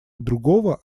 другого